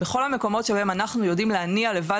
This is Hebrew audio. בכל המקומות שבהם אנחנו יודעים להניע לבד